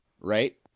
right